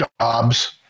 jobs